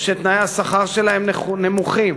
שתנאי השכר שלהם נמוכים,